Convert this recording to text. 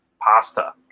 pasta